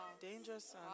Dangerous